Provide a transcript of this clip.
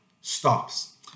stops